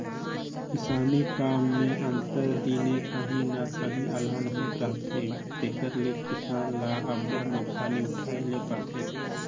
किसानी काम में आंतर दिने काहीं न काहीं अलहन होते रहथे तेकर ले किसान ल अब्बड़ नोसकानी उठाए ले परथे